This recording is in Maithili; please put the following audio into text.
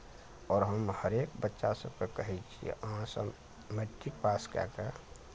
आओर हम हरेक बच्चा सबके कहै छी अहाँ सब मैट्रिक पास कए कऽ